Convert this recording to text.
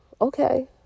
okay